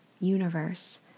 universe